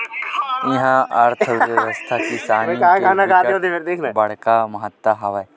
इहा के अर्थबेवस्था म किसानी के बिकट बड़का महत्ता हवय